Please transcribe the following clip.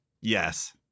yes